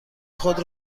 خود